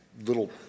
little